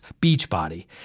Beachbody